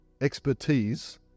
expertise